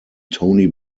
tony